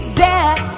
death